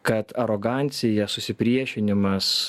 kad arogancija susipriešinimas